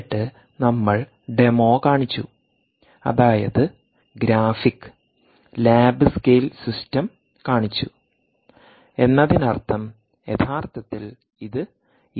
എന്നിട്ട് നമ്മൾ ഡെമോ കാണിച്ചു അതായത് ഗ്രാഫിക് ലാബ് സ്കെയിൽ സിസ്റ്റം കാണിച്ചു എന്നതിനർത്ഥം യഥാർത്ഥത്തിൽ ഇത് ഈ അളവെടുക്കും